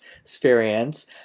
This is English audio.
experience